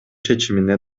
чечимине